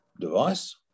device